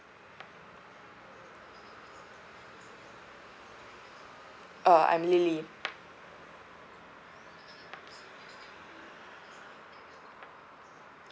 uh I'm lily